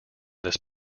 this